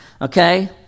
Okay